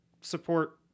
support